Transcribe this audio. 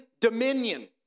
dominion